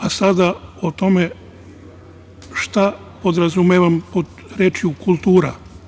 A, sada o tome šta podrazumevam pod rečju kultura.